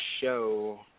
show